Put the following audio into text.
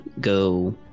go